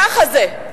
ככה זה,